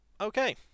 okay